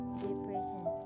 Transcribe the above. depression